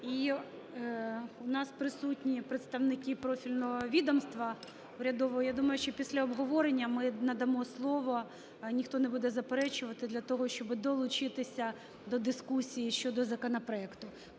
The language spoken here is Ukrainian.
І у нас присутні представники профільного відомства урядового, я думаю, що після обговорення ми надамо слово, ніхто не буде заперечувати для того, щоб долучитися до дискусії щодо законопроекту.